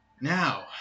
Now